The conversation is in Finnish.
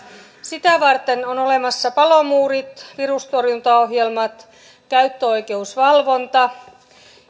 sitä varten on olemassa palomuurit virustorjuntaohjelmat käyttöoikeusvalvonta